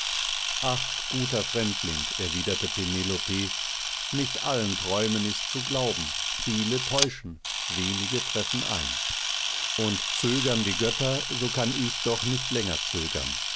ach guter fremdling erwiderte penelope nicht allen träumen ist zu glauben viele täuschen wenige treffen ein und zögern die götter so kann ich doch nicht länger zögern